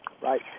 right